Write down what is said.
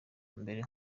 mbere